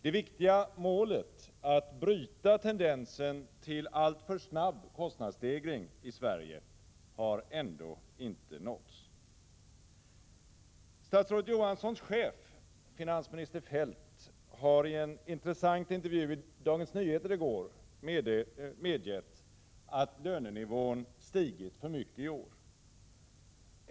Det viktiga målet att bryta tendensen till en alltför snabb kostnadsstegring i Sverige har ändå inte nåtts. Statsrådet Johanssons chef, finansminister Feldt, har i en intressant intervju i Dagens Nyheter i går medgett att lönenivån stigit för mycket i år.